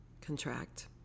Contract